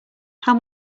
how